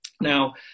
now